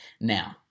Now